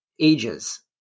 ages